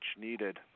needed